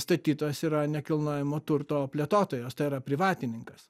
statytojas yra nekilnojamo turto plėtotojas tai yra privatininkas